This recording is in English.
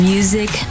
Music